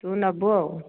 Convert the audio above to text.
ତୁ ନେବୁ ଆଉ